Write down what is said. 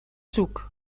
zuk